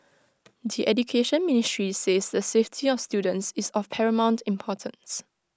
the Education Ministry says the safety of students is of paramount importance